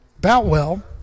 Boutwell